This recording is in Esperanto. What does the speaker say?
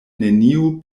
neniu